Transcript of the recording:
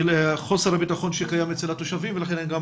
של חוסר הביטחון שקיים אצל התושבים ולכן הם גם